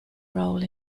role